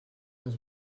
ens